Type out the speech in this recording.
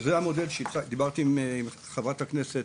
זה המודל שדיברתי עליו עם יושבת-ראש הוועדה.